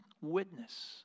witness